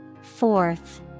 Fourth